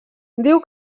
diu